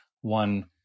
one